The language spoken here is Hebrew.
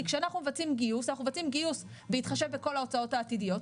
כי כשאנחנו מבצעים גיוס אנחנו מבצעים גיוס בהתחשב בכל ההוצאות העתידיות,